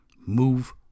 Move